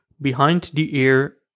behind-the-ear